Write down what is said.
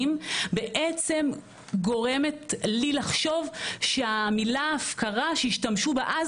בעצם גורמת לי לחשוב שהמילה "הפקרה" שהשתמשו בה אז,